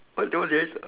what the what's this